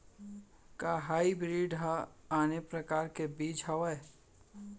का हाइब्रिड हा आने परकार के बीज आवय?